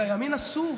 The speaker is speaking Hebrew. מי תוקף שוטרים?